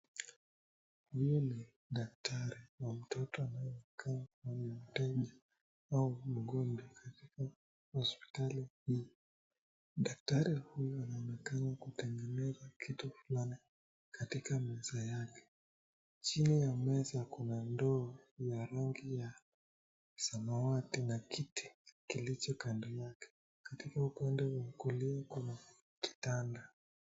Huyu ni daktari wa mtoto anayekaa kwenye kiti au mgonjwa katika hospitali hii. Daktari huyu anaonekana kutengeneza kitu fulani katika meza yake. Chini ya meza kuna ndoo ya rangi ya samawati na kiti kilicho kando yake. Katika upande wa kulia kuna kitanda.